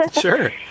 Sure